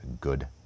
good